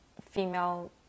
female